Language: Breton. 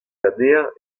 anezhañ